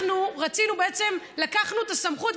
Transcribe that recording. אנחנו בעצם לקחנו את הסמכות,